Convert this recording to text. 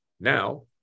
Now